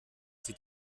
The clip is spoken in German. sie